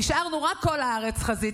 נשארנו רק "כל הארץ חזית",